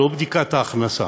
לא בדיקת ההכנסה.